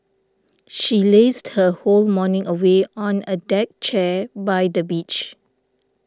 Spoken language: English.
she lazed her whole morning away on a deck chair by the beach